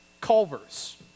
Culver's